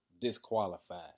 disqualified